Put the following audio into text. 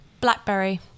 Blackberry